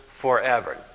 forever